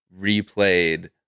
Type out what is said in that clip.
replayed